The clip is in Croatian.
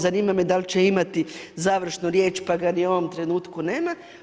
Zanima me da li imati završnu riječ, pa ga ni u ovom trenutku nema.